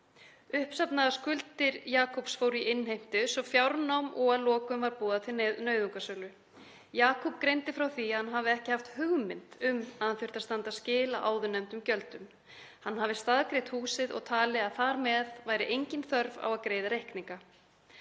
Uppsafnaðar skuldir Jakubs fóru í innheimtu, svo fjárnám og að lokum var boðað til nauðungarsölu. Jakub greindi frá því að hann hefði ekki haft hugmynd um að hann þyrfti að standa skil á áðurnefndum gjöldum. Hann hefði staðgreitt húsið og talið að þar með væri engin þörf á að greiða reikninga.